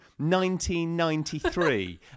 1993